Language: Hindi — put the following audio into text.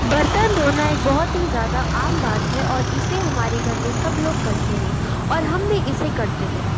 बर्तन धोना एक बहुत ही ज़्यादा आम बात है और इसे हमारे घर में सब लोग करते हैं और हम भी इसे करते हैं